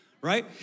Right